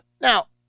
Now